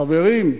חברים,